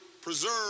preserve